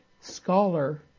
scholar